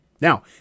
Now